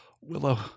willow